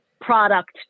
product